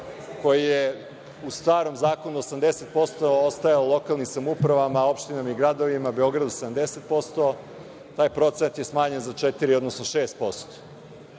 koje je u starom zakonu 80%, ostajalo je lokalnim samoupravama, opštinama i gradovima, Beogradu 70%. Taj procenat je smanjen za 4, odnosno 6%.